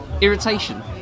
Irritation